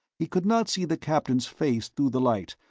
he could not see the captain's face through the light,